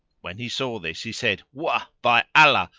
when he saw this, he said, wah! by allah,